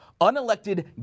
unelected